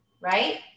Right